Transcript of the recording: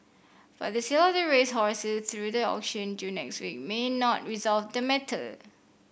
but the sale of the racehorses through the auction due next week may not resolve the matter